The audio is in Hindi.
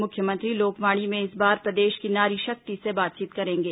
मुख्यमंत्री लोकवाणी में इस बार प्रदेश की नारी शक्ति से बातचीत करेंगे